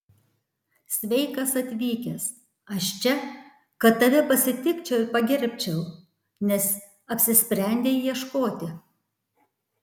sveikas atvykęs aš čia kad tave pasitikčiau ir pagerbčiau nes apsisprendei ieškoti